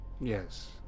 Yes